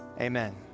Amen